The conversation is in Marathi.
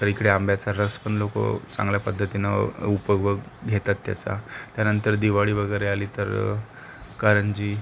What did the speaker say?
तर इकडे आंब्याचा रस पण लोक चांगल्या पद्धतीनं उपभोग घेतात त्याचा त्यानंतर दिवाळी वगैरे आली तर करंजी